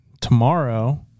tomorrow